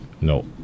No